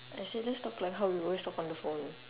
I say let's talk like how we always talk on the phone